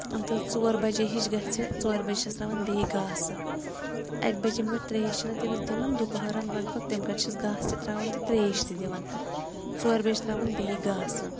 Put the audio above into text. تہٕ ژور بجے ہِش گَژھِ ژورِ بَجہِ چھِس ترٛاوان بیٚیہِ گاسہٕ اَکہِ بَجہِ ییٚمہِ گرِ ترٛیش چھِنہٕ تٔمِس دِوان دُپہرَن لَگ بَگ تَمہِ گرِ چھِس گاسہٕ تہٕ ترٛاوان تہٕ ترٛیش تہِ دِوان ژورِ بَجہ ترٛاوان بیٚیہِ گاسہٕ